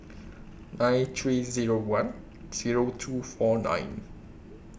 nine three Zero one Zero two four nine